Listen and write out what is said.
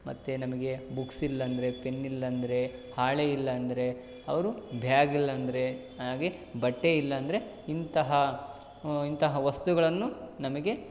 ಮತ್ತು ನಮಗೆ ಬುಕ್ಸ್ ಇಲ್ಲಾಂದ್ರೆ ಪೆನ್ ಇಲ್ಲಾಂದ್ರೆ ಹಾಳೆ ಇಲ್ಲಾಂದ್ರೆ ಅವರು ಭ್ಯಾಗಿಲ್ಲ ಅಂದರೆ ಹಾಗೇ ಬಟ್ಟೆ ಇಲ್ಲಾಂದ್ರೆ ಇಂತಹ ಇಂತಹ ವಸ್ತುಗಳನ್ನು ನಮಗೆ